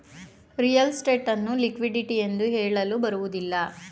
real estate ಅನ್ನು liquidity ಎಂದು ಹೇಳಲು ಬರುವುದಿಲ್ಲ